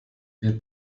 wir